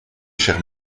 cher